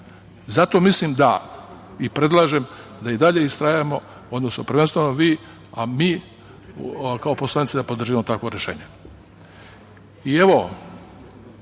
mislim da, i predlažem, da i dalje istrajavamo, odnosno prvenstveno vi, a mi kao poslanici da podržimo takvo rešenje. Evo,